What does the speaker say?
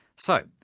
so,